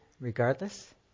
regardless